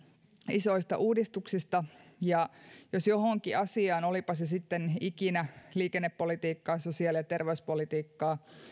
isoista uudistuksista ja että jos johonkin asiaan tartutaan olipa se sitten liikennepolitiikkaa sosiaali ja terveyspolitiikkaa